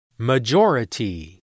Majority